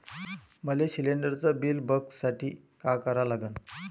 मले शिलिंडरचं बिल बघसाठी का करा लागन?